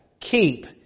keep